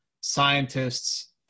scientists